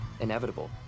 inevitable